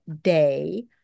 day